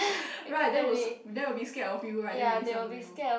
right then will then will be scared of you right then will listen to you